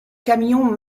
camions